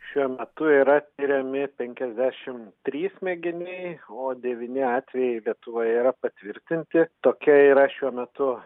šiuo metu yra tiriami penkiasdešimt trys mėginiai o devyni atvejai lietuvoje yra patvirtinti tokia yra šiuo metu